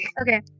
Okay